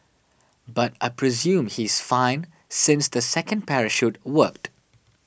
but I presume he is fine since the second parachute worked